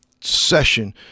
session